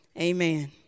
Amen